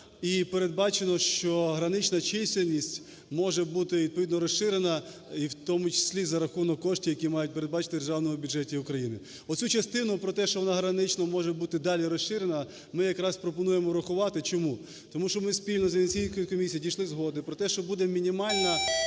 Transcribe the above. і передбачено, що гранична чисельність може бути відповідно розширена, і в тому числі за рахунок коштів, які мають передбачити в Державному бюджеті України. Оцю частину про те, що вона гранична може бути далі розширена, ми якраз пропонуємо врахувати. Чому? Тому що ми спільно з Венеційською комісією дійшли згоди про те, що буде мінімальна